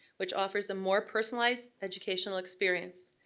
which offers a more personalized educational experience.